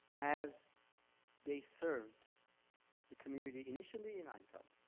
as they served the community, initially in aintab,